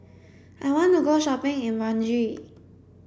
I want to go shopping in Banjul